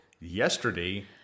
Yesterday